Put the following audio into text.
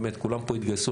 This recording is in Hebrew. באמת כולם פה התגייסו.